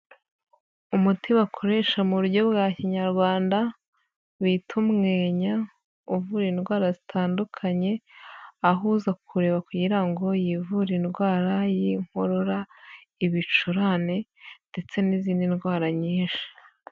Umuti bakoresha mu buryo bwa kinyarwanda bita umwenya uvura indwara zitandukanye aho uza kuwureba kugira ngo yivure indwara y'inkorora, ibicurane ndetse n'izindi ndwara nyinshi.